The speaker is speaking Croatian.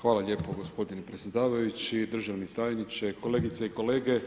Hvala lijepo gospodine predsjedavajući, državni tajniče, kolegice i kolege,